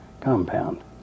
compound